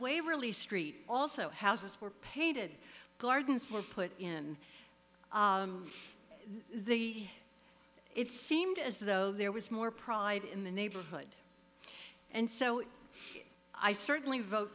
waverly street also houses were painted gardens were put in the it seemed as though there was more pride in the neighborhood and so i certainly vote